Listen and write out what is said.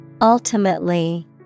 Ultimately